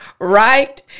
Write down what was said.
right